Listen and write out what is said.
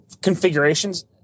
configurations